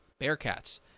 Bearcats